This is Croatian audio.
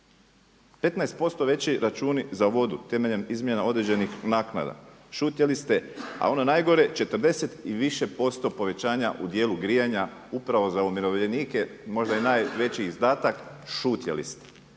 15% veći računi za vodu temeljem izmjena određenih naknada šutjeli ste, a ono najgore 40 i više posto povećanja u dijelu grijanja upravo za umirovljenike možda i najveći izdatak šutjeli ste.